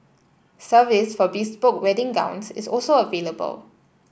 service for bespoke wedding gowns is also available